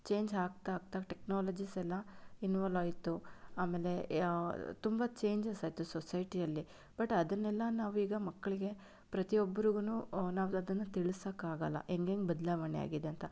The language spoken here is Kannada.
ಚೇಂಜ್ ಆಗ್ತಾ ಆಗ್ತಾ ಟೆಕ್ನಾಲಜೀಸ್ ಎಲ್ಲ ಇನ್ವಾಲಾಯ್ತು ಆಮೇಲೆ ತುಂಬ ಚೇಂಜಸ್ ಆಯಿತು ಸೊಸೈಟಿಯಲ್ಲಿ ಬಟ್ ಅದನ್ನೆಲ್ಲ ನಾವೀಗ ಮಕ್ಕಳಿಗೆ ಪ್ರತಿ ಒಬ್ಬರಿಗೂ ನಾವದನ್ನು ತಿಳ್ಸಕ್ಕಾಗಲ್ಲ ಹೇಗೇಗೆ ಬದಲಾವಣೆ ಆಗಿದೆ ಅಂತ